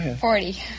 Forty